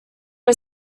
are